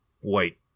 white